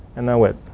and know it.